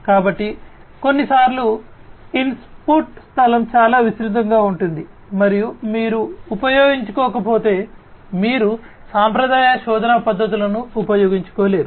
కాబట్టి కొన్నిసార్లు ఇన్పుట్ స్థలం చాలా విస్తృతంగా ఉంటుంది మరియు మీరు ఉపయోగించకపోతే మీరు సాంప్రదాయ శోధన పద్ధతులను ఉపయోగించలేరు